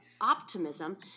optimism